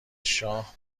شاه